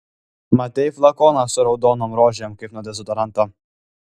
matei flakoną su raudonom rožėm kaip nuo dezodoranto